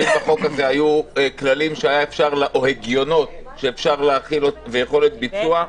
שאם לחוק הזה היו כללים או הגיונות ויכולת ביצוע,